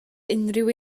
unrhyw